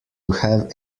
have